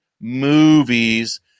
movies